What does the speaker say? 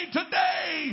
today